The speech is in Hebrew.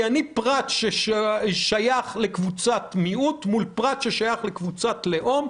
כי אני פרט ששייך לקבוצת מיעוט מול פרט ששייך לקבוצת לאום.